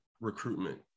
recruitment